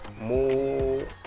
more